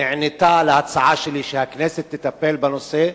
נענתה להצעה שלי שהכנסת תטפל בנושא,